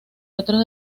otros